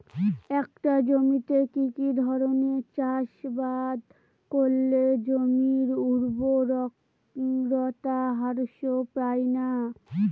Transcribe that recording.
একটা জমিতে কি কি ধরনের চাষাবাদ করলে জমির উর্বরতা হ্রাস পায়না?